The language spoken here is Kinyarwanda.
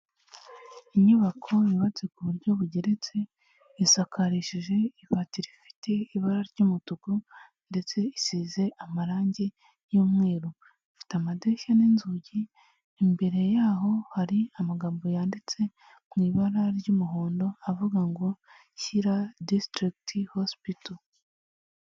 Inyubako yubatse ku buryo bugeretse, isakarishije ibati rifite ibara ry'umutuku ndetse isize amarangi y'umweru, ifite amadirishya n'inzugi, imbere yaho hari amagambo yanditse mu ibara ry'umuhondo, avuga ngo: " Shyira disitrict hospital".